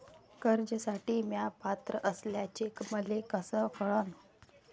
कर्जसाठी म्या पात्र असल्याचे मले कस कळन?